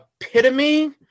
epitome